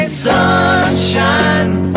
sunshine